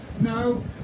No